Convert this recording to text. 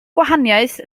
gwahaniaeth